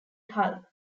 hull